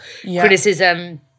criticism